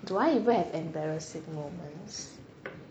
do I even have embarrassing moments